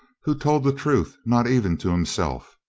who told the truth not even to himself.